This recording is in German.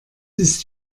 ist